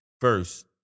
first